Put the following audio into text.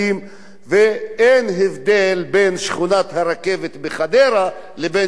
ואין הבדל בין שכונת הרכבת בחדרה לבין ג'סר-א-זרקא